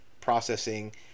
processing